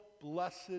blessed